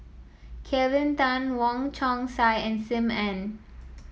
Kelvin Tan Wong Chong Sai and Sim Ann